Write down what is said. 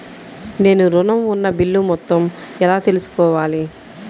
నేను ఋణం ఉన్న బిల్లు మొత్తం ఎలా తెలుసుకోవాలి?